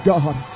God